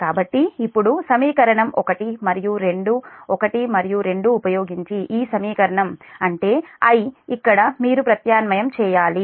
కాబట్టి ఇప్పుడు సమీకరణం 1 మరియు 2 1 మరియు 2 ఉపయోగించి ఈ సమీకరణం అంటే I ఇక్కడ మీరు ప్రత్యామ్నాయం చేయాలి